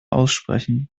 aussprechen